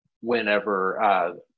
whenever